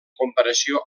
comparació